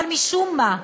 אבל משום מה,